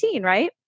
right